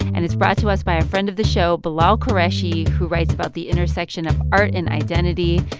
and it's brought to us by a friend of the show, bilal qureshi, who writes about the intersection of art and identity.